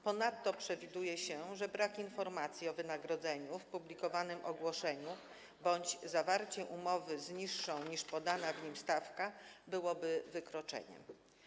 Ponadto przewiduje się, że brak informacji o wynagrodzeniu w publikowanym ogłoszeniu bądź zawarcie umowy z niższą stawką, niż w nim podana, byłyby wykroczeniami.